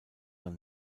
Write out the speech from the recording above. man